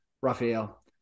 Raphael